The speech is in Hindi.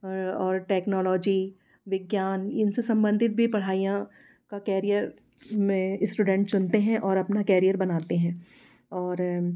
और टेक्नोलॉजी विज्ञान इनसे संबंधित भी पढ़ाईयाँ का कैरियर में इस्टूडेंट चुनते हैं और अपना कैरियर बनाते हैं और